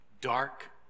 Dark